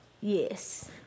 Yes